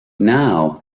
now